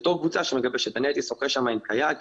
אני הייתי שוחה שם עם קיאק,